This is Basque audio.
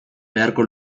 beharko